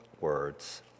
words